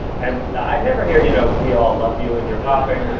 and i never hear, you know, we all love you, and you're popping,